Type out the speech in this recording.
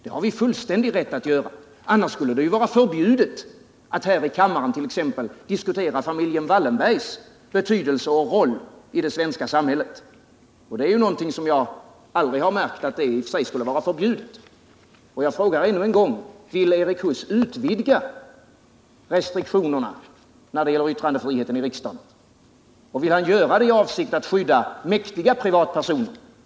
Det har vi fullständig rätt att göra; annars skulle det ju vara förbjudet att här i kammaren t.ex. diskutera familjen Wallenbergs betydelse och roll i det svenska samhället, och det har jag aldrig märkt att det i och för sig skulle vara. Jag frågar ännu en gång: Vill Erik Huss utvidga restriktionerna när det gäller yttrandefriheten i riksdagen i avsikt att skydda mäktiga privatpersoner?